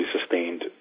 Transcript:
sustained